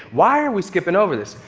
why are we skipping over this?